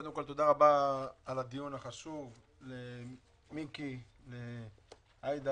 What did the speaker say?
גם כאשר נשים חרדיות וערביות כבר מקבלות את העבודה,